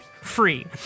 free